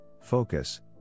focus